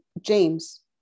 James